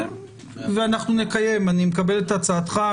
אני מקבל את הצעתך.